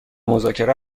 مذاکره